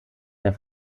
der